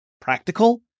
practical